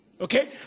okay